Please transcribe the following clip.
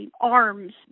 arms